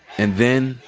and then,